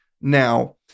Now